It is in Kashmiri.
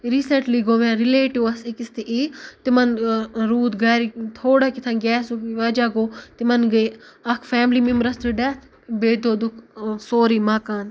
ریسنٹلی گوٚو مےٚ رِلیٹِوس أکِس تہِ یی تِمن روٗد گرِ تھوڑا کیٛاہ تھان گیسُک وجہہ گوٚو تِمن گٔے اکھ فیملی میمبرَس تہِ ڈیتھ بیٚیہِ دوٚدُکھ سورُے مَکانہٕ